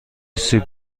سیب